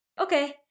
Okay